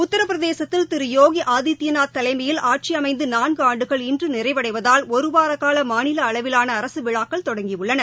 உத்திரபிரதேசத்தில் திரு யோகி ஆதித்பநாத் தலைமையில் ஆட்சி அளமந்து நான்கு ஆண்டுகள் இன்று நிறைவடைவதால் ஒருவார னல மாநில அளவிவான அரசு விழாக்கள் தொடங்கியுள்ளன